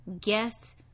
Guess